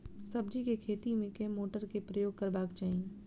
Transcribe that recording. सब्जी केँ खेती मे केँ मोटर केँ प्रयोग करबाक चाहि?